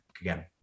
again